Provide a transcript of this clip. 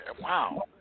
wow